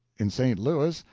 in st. louis,